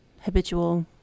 habitual